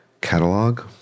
catalog